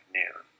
noon